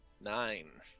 Nine